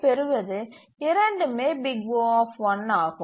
பெறுவது இரண்டுமே O ஆகும்